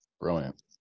Brilliant